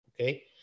okay